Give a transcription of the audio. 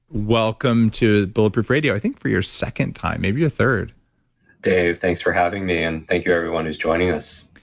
welcome to bulletproof radio, i think for your second time, maybe your third dave, thanks for having me, and thank you, everyone who's joining us